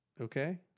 Okay